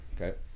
Okay